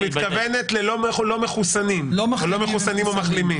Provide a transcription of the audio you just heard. את מתכוונת ללא מחוסנים או לא מחוסנים ומחלימים?